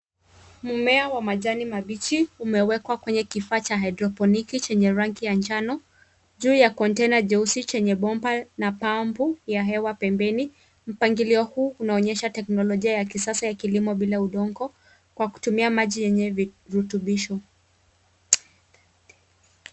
Mmea wa majani mabichi umewekwa kwenye kifaa cha haedroponiki chenye rangi ya njano juu ya container jeusi yenye bomba na pampu ya hewa pembeni. Mpangilio huu unaonyesha teknolojia ya kisasa ya kilimo bila udongo kwa kutumia maji yenye virutubisho.